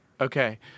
okay